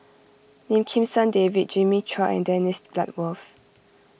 Lim Kim San David Jimmy Chua and Dennis Bloodworth